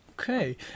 Okay